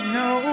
no